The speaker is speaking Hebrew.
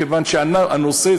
כיוון שהנושא,